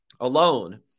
alone